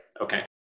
Okay